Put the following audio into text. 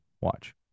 watch